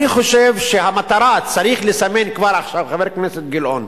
אני חושב שצריך לסמן כבר עכשיו, חבר הכנסת גילאון,